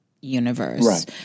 universe